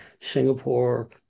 Singapore